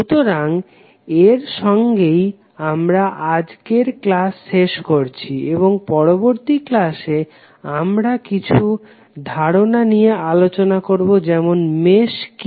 সুতরাং এর সঙ্গেই আমরা আজকের ক্লাস শেষ করছি এবং পরবর্তী ক্লাসে আমরা আরও কিছু ধারণা নিয়ে আলোচনা করবো যেমন মেশ কি